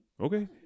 okay